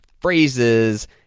phrases